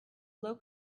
low